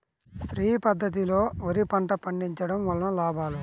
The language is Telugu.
శ్రీ పద్ధతిలో వరి పంట పండించడం వలన లాభాలు?